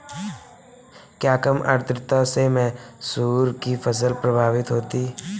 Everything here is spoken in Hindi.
क्या कम आर्द्रता से मसूर की फसल प्रभावित होगी?